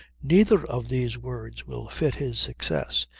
neither of these words will fit his success.